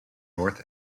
north